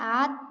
सात